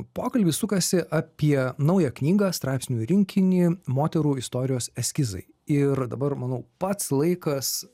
pokalbis sukasi apie naują knygą straipsnių rinkinį moterų istorijos eskizai ir dabar manau pats laikas